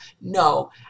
no